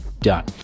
Done